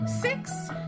six